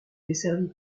desservi